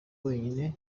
wenyine